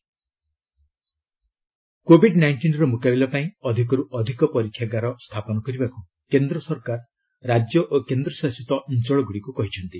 centre states UTs covid ନାଇଷ୍ଟିନ୍ର ମୁକାବିଲା ପାଇଁ ଅଧିକରୁ ଅଧିକ ପରୀକ୍ଷାଗାର ସ୍ଥାପନ କରିବାକୁ କେନ୍ଦ୍ର ସରକାର ରାଜ୍ୟ ଓ କେନ୍ଦ୍ରଶାସିତ ଅଞ୍ଚଳଗୁଡ଼ିକୁ କହିଛନ୍ତି